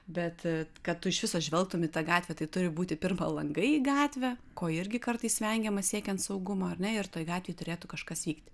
bet kad tu iš viso žvelgtum į tą gatvę tai turi būti pirma langai į gatvę ko irgi kartais vengiama siekiant saugumo ar ne ir toj gatvėj turėtų kažkas vykti